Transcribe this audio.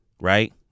Right